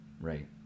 right